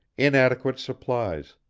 inadequate supplies,